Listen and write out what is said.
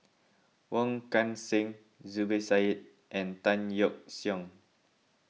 Wong Kan Seng Zubir Said and Tan Yeok Seong